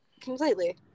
Completely